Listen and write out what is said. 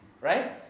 Right